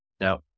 Now